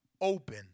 open